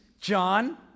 John